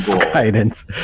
guidance